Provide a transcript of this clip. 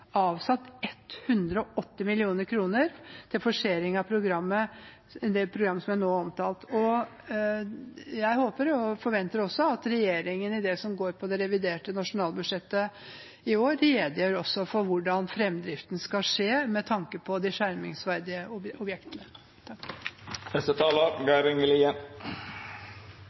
avsatt 180 mill. kr til forsering av det programmet som jeg nå har omtalt. Jeg håper, og forventer også, at regjeringen i det som gjelder det reviderte nasjonalbudsjettet i år, også redegjør for hvordan fremdriften skal skje med tanke på de skjermingsverdige objektene.